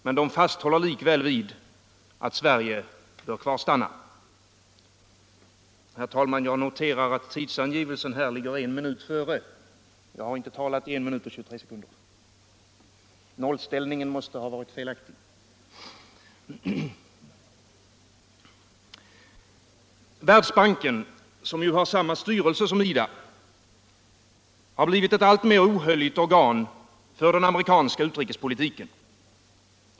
Men de fasthåller likväl vid att Sverige bör kvarstanna. Världsbanken — som ju har samma styrelse som IDA -— har blivit ett alltmer ohöljt organ för den amerikanska utrikespolitiken.